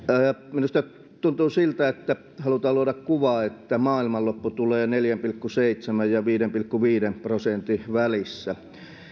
minusta tuntuu siltä että halutaan luoda kuvaa että maailmanloppu tulee neljän pilkku seitsemän ja viiden pilkku viiden prosentin välissä